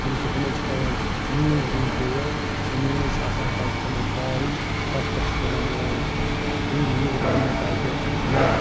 یعنی کہِ تِمن چھِ پٮ۪وان مٲنٛز نِنۍ تور سُہ مٲنٛز چھِ آسان تَتہِ تِمَن ترٛاوٕنۍ تَتھ پٮ۪ٹھ چھِ تِمَن یِوان ہُرۍ وُرۍ وَنٛنہٕ تَتہِ یا